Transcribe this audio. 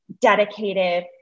dedicated